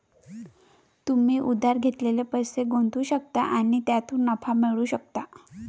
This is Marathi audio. तुम्ही उधार घेतलेले पैसे गुंतवू शकता आणि त्यातून नफा मिळवू शकता